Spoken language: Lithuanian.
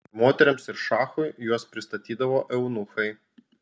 moterims ir šachui juos pristatydavo eunuchai